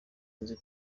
nzi